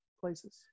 places